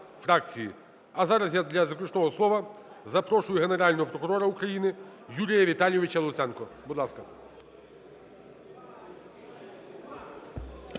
А зараз я для заключного слова запрошую Генерального прокурора України Юрія Віталійовича Луценка, будь ласка.